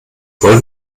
wollen